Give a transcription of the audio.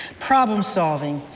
problem solving,